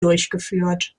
durchgeführt